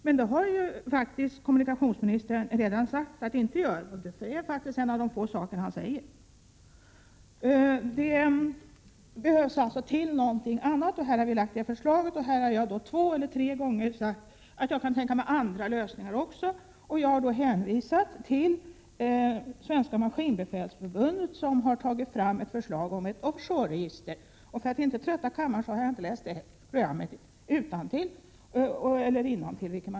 Men kommunikationsministern har ju faktiskt redan sagt att så inte blir fallet — det är en av de få saker han säger. Det behövs alltså någonting annat också. Vi har lagt fram ett förslag, och jag har två eller tre gånger sagt att jag kan tänka mig även andra lösningar. Jag har hänvisat till Svenska maskinbefälsförbundet, som har arbetat fram förslag om ett off shore-register. För att inte trötta kammaren har jag inte läst upp programmet innantill.